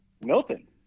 Milton